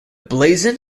blazon